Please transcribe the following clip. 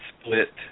split